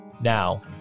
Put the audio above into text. Now